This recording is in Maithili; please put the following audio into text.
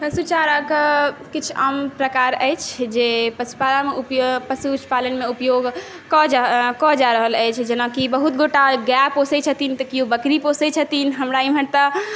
पशुचाराके किछु आम प्रकार अछि जे पशु चारामे उपयोग पशुपालनमे उपयोग कऽ जा कऽ जा रहल अछि जेना कि बहुत गोटा गाय पोसै छथिन तऽ केओ बकरी पोसै छथिन हमरा एमहर तऽ